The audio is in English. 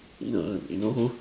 you know you know who